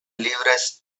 libres